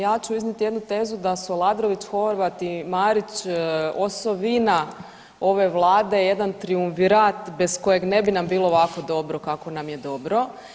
Ja ću iznijeti jednu tezu da su Aladrović, Horvat i Marić osovina ove Vlade, jedan triumvirat bez kojeg ne bi nam bilo ovakvo dobro kako nam je dobro.